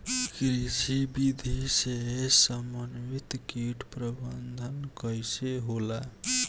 कृषि विधि से समन्वित कीट प्रबंधन कइसे होला?